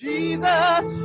Jesus